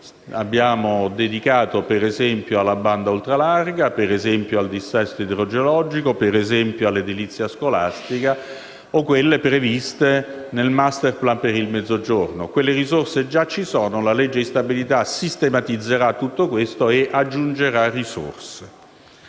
abbiamo dedicato - per esempio - per la banda ultralarga, per il dissesto idrogeologico, per l'edilizia scolastica o a quelle previste nel *masterplan* per il Mezzogiorno. Quelle risorse già ci sono. La legge di stabilità le sistematizzerà e ne aggiungerà altre.